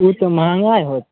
ई तऽ महगा हैत